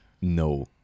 no